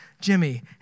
Jimmy